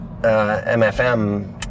MFM